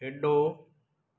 ਖੇਡੋ